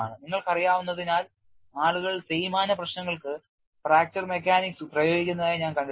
നിങ്ങൾക്കറിയാവുന്നതിനാൽ ആളുകൾ തേയ്മാന പ്രശ്നങ്ങൾക്കു ഫ്രാക്ചർ മെക്കാനിക്സ് പ്രയോഗിക്കുന്നതായി ഞാൻ കണ്ടിട്ടുണ്ട്